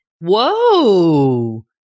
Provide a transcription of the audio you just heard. Whoa